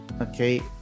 okay